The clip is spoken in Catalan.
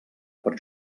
per